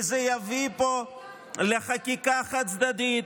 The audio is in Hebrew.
וזה יביא פה לחקיקה חד-צדדית,